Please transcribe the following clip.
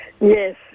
Yes